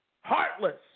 heartless